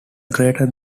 greater